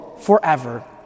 forever